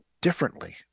differently